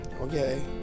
Okay